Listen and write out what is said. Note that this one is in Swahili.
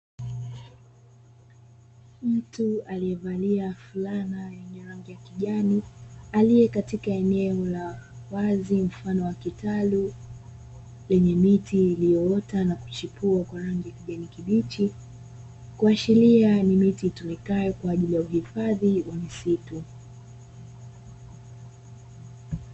Mtu aliyevalia fulana yenye rangi ya kijani, aliye katika eneo la wazi mfano wa kitalu lenye miti iliyoota na kuchipua kwa rangi ya kijani kibichi, kuashiria ni miti itumikayo kwa ajili ya uhifadhi wa misitu.